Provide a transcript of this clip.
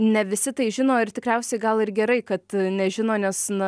ne visi tai žino ir tikriausiai gal ir gerai kad nežino nes na